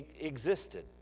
existed